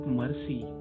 mercy